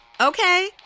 Okay